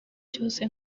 cyose